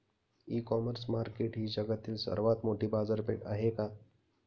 इ commerce market ही जगातील सर्वात मोठी बाजारपेठ आहे का?